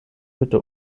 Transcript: hütte